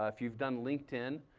ah if you've done linkedin,